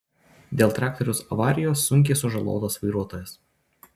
dėl traktoriaus avarijos sunkiai sužalotas vairuotojas